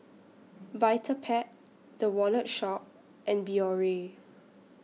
Vitapet The Wallet Shop and Biore